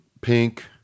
pink